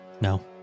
no